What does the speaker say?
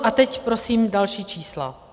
A teď prosím další čísla.